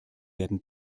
werden